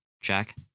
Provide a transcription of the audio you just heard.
jack